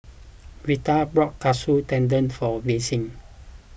Vita bought Katsu Tendon for Vassie